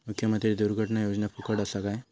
मुख्यमंत्री दुर्घटना योजना फुकट असा काय?